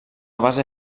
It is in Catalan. base